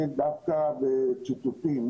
טטיאנה מזרסקי.